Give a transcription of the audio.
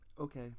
Okay